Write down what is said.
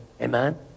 Amen